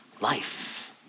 Life